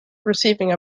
receiving